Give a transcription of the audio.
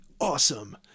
Awesome